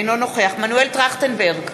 אינו נוכח מנואל טרכטנברג,